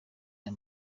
aya